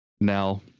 Now